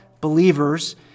believers